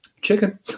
chicken